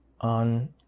on